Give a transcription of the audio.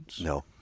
No